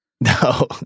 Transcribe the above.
No